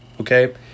okay